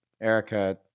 Erica